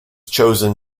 chosen